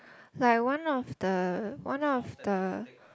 like one of the one of the